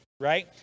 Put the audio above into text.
right